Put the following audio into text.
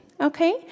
okay